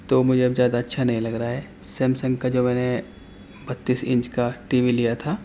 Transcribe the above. تو مجھے اب زیادہ اچھا نہیں لگ رہا ہے سیمسنگ کا جو میں نے بتیس انچ کا ٹی وی لیا تھا